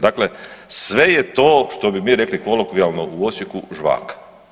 Dakle, sve je to što bi mi rekli kolokvijalno u Osijeku žvaka.